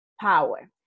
power